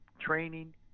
training